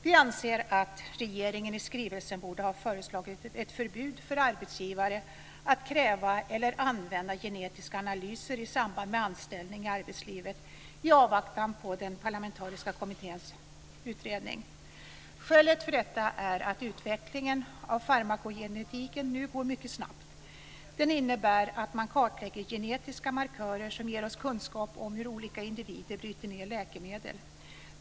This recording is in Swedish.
Vi anser att regeringen i skrivelsen borde ha föreslagit ett förbud för arbetsgivare att kräva eller använda genetiska analyser i samband med anställning i arbetslivet i avvaktan på den parlamentariska kommitténs utredning. Skälet för detta är att utvecklingen av farmakogenetiken nu går mycket snabbt. Den innebär att man kartlägger genetiska markörer som ger oss kunskap om hur olika individer bryter ned läkemedel.